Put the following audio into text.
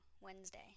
Wednesday